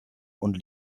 und